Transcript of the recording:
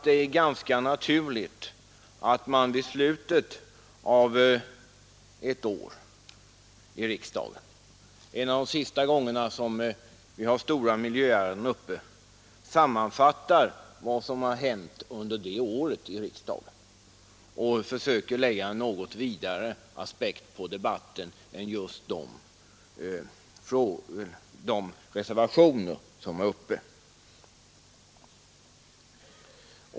Det är ganska naturligt att man vid slutet av ett riksdagsår, någon av de sista gångerna vi har stora mi renden uppe, sammanfattar vad som hänt under det året i riksdagen. Vi bör då försöka lägga något vidare aspekter på debatten än som framkommit i de reservationer som är uppe.